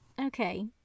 Okay